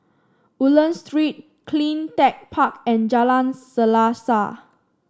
Woodlands Street Clean Tech Park and Jalan Selaseh